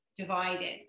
Divided